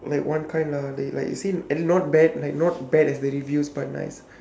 like one kind lah they like as in not bad like not bad as the reviews but nice